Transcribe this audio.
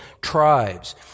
tribes